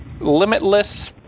Limitless